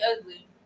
ugly